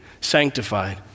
sanctified